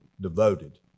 devoted